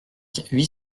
huit